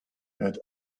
had